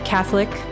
Catholic